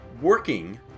working